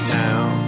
town